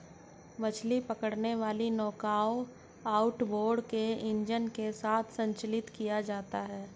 मछली पकड़ने वाली नौकाओं आउटबोर्ड इंजन के साथ संचालित किया जाता है